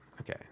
Okay